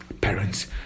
parents